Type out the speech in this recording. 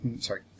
sorry